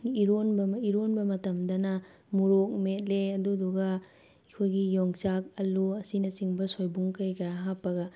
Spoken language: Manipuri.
ꯏꯔꯣꯟꯕ ꯑꯃ ꯃꯇꯝꯗꯅ ꯃꯣꯔꯣꯛ ꯃꯦꯠꯂꯦ ꯑꯗꯨꯗꯨꯒ ꯑꯩꯈꯣꯏꯒꯤ ꯌꯣꯡꯆꯥꯛ ꯑꯥꯜꯂꯨ ꯑꯁꯤꯅꯆꯤꯡꯕ ꯁꯣꯏꯕꯨꯝ ꯀꯔꯤ ꯀꯔꯥ ꯍꯥꯞꯄꯒ